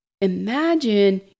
Imagine